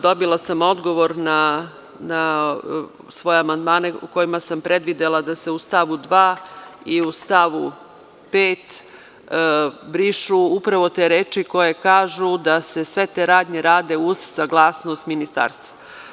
Dobila sam odgovor na svoje amandmane u kojima sam predvidela da se u stavu 2. i u stavu 5. brišu upravo te reči koje kažu da se sve te radnje rade uz saglasnost Ministarstva.